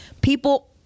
people